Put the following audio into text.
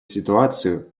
ситуацию